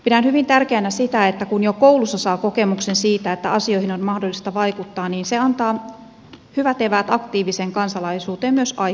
pidän hyvin tärkeänä sitä että kun jo koulussa saa kokemuksen siitä että asioihin on mahdollista vaikuttaa niin se antaa hyvät eväät aktiiviseen kansalaisuuteen myös aikuisena